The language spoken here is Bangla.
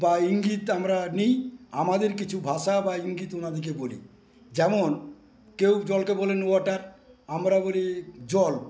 বা ইঙ্গিত আমরা নিই আমাদের কিছু ভাষা বা ইঙ্গিত ওনাদেরকে বলি যেমন কেউ জলকে বলেন ওয়াটার আমরা বলি জল